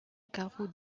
carreaux